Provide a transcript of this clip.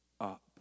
up